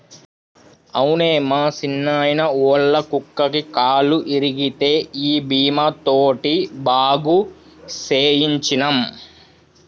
అవునే మా సిన్నాయిన, ఒళ్ళ కుక్కకి కాలు ఇరిగితే ఈ బీమా తోటి బాగు సేయించ్చినం